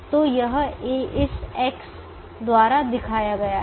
तो यह इस एक्स X द्वारा दिखाया गया है